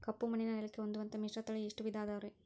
ಕಪ್ಪುಮಣ್ಣಿನ ನೆಲಕ್ಕೆ ಹೊಂದುವಂಥ ಮಿಶ್ರತಳಿ ಎಷ್ಟು ವಿಧ ಅದವರಿ?